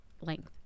length